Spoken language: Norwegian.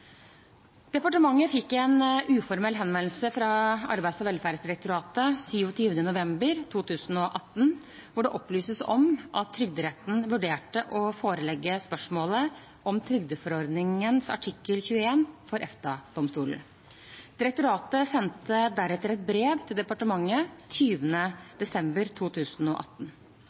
Departementet fikk en uformell henvendelse fra Arbeids- og velferdsdirektoratet 27. november 2018, hvor det opplyses om at Trygderetten vurderte å forelegge spørsmålet om trygdeforordningen artikkel 21 for EFTA-domstolen. Direktoratet sendte deretter et brev til departementet 20. desember 2018.